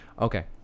Okay